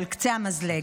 של קצה המזלג.